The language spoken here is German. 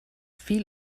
viel